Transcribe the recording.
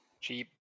cheap